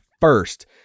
first